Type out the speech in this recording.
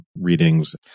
readings